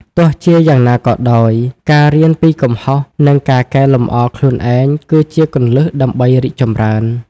ទោះជាយ៉ាងណាក៏ដោយ ការរៀនពីកំហុស និងការកែលម្អខ្លួនឯងគឺជាគន្លឹះដើម្បីរីកចម្រើន។